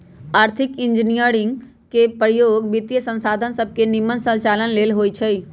आर्थिक इंजीनियरिंग में इंजीनियरिंग के प्रयोग वित्तीयसंसाधन सभके के निम्मन संचालन लेल होइ छै